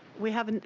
we have